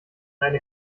eine